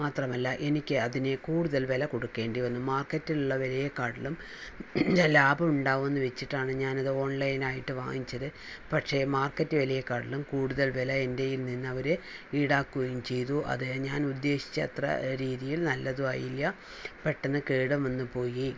മാത്രമല്ല എനിക്ക് അതിന് കൂടുതൽ വില കൊടുക്കേണ്ടി വന്നു മാർക്കറ്റിലുള്ള വിലയെക്കാട്ടിലും ലാഭം ഉണ്ടാവുമെന്ന് വെച്ചിട്ടാണ് ഞാൻ അത് ഓൺലൈനായിട്ട് വാങ്ങിച്ചത് പക്ഷേ മാർക്കറ്റ് വിലയെക്കാട്ടിലും കൂടുതൽ വില എൻ്റെ കയ്യിൽ നിന്ന് അവര് ഈടാക്കുകയും ചെയ്തു അത് ഞാൻ ഉദ്ദേശിച്ച അത്ര രീതിയിൽ നല്ലതും ആയില്ല പെട്ടന്ന് കേടും വന്നുപോയി